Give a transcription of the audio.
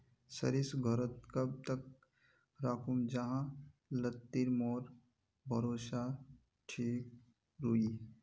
सरिस घोरोत कब तक राखुम जाहा लात्तिर मोर सरोसा ठिक रुई?